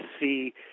see